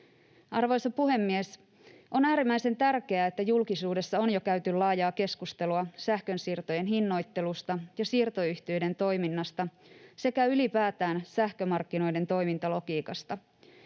Arvoisa puhemies! On äärimmäisen tärkeää, että julkisuudessa on jo käyty laajaa keskustelua sähkönsiirtojen hinnoittelusta ja siirtoyhtiöiden toiminnasta sekä ylipäätään sähkömarkkinoiden toimintalogiikasta.